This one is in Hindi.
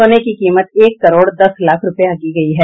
सोने की कीमत एक करोड़ दस लाख रूपये आंकी गयी है